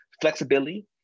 flexibility